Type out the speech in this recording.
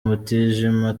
mutijima